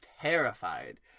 Terrified